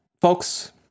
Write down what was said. folks